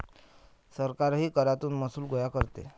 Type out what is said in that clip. सरकारही करातून महसूल गोळा करते